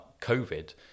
COVID